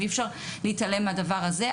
אי אפשר להתעלם מהדבר הזה.